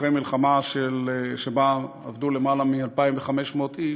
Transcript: אחרי מלחמה שבה אבדו למעלה מ-2,500 איש,